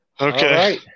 Okay